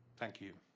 thank you.